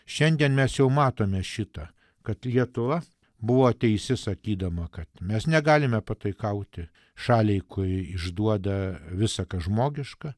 šiandien mes jau matome šitą kad lietuva buvo teisi sakydama kad mes negalime pataikauti šaliai kai išduoda visa kas žmogiška